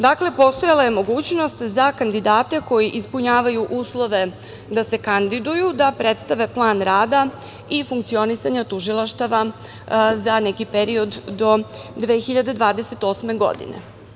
Dakle, postojala je mogućnost za kandidate koji ispunjavaju uslove da se kandiduju, da predstave plan rada i funkcionisanje tužilaštava za neki period do 2028. godine.